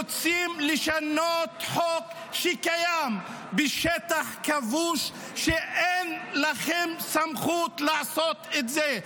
אתם רוצים לשנות חוק שקיים בשטח כבוש כשאין לכם סמכות לעשות את זה.